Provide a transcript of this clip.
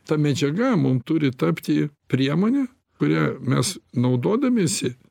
ta medžiaga mum turi tapti priemonė kuria mes naudodamiesi